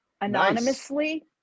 anonymously